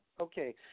okay